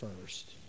first